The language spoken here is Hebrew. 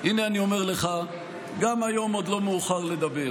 הינה אני אומר לך, גם היום עוד לא מאוחר לדבר.